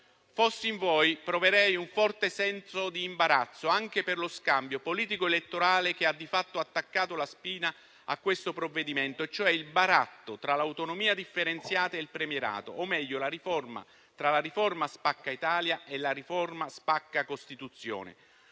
Fossi in voi, proverei un forte senso di imbarazzo, anche per lo scambio politico-elettorale che ha di fatto attaccato la spina a questo provvedimento, cioè il baratto tra l'autonomia differenziata e il premierato o, meglio, tra la riforma spacca Italia e la riforma spacca Costituzione.